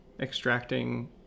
extracting